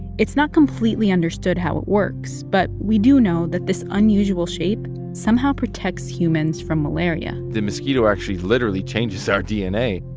it's not completely understood how it works, but we do know that this unusual shape somehow protects humans from malaria the mosquito actually literally changes our dna.